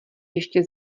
ještě